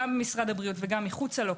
גם משרד הבריאות וגם מחוצה לו,